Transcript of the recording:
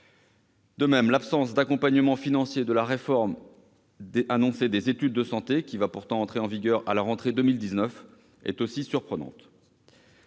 De même, l'absence d'accompagnement financier de la réforme annoncée des études de santé, qui va pourtant entrer en vigueur à la rentrée de 2019, est aussi surprenante.